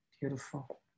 beautiful